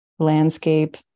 landscape